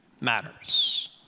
matters